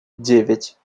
девять